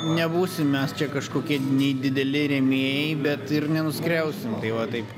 nebūsim mes čia kažkokie nei dideli rėmėjai bet ir nenuskriausim tai va taip